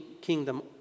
kingdom